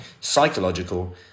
Psychological